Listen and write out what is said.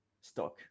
stock